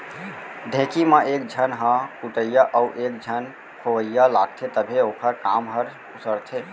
ढेंकी म एक झन ह कुटइया अउ एक झन खोवइया लागथे तभे ओखर काम हर उसरथे